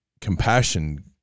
compassion